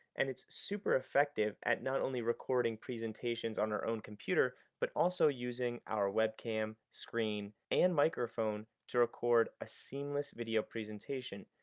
and it's super effective at not only recording presentations on our own computer, but also using our webcam, screen, and microphone to record a seamless video presentation.